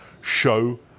show